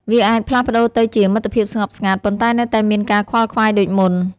វាអាចផ្លាស់ប្តូរទៅជា មិត្តភាពស្ងប់ស្ងាត់ ប៉ុន្តែនៅតែមានការខ្វល់ខ្វាយដូចមុន។